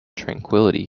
tranquillity